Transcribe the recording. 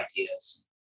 ideas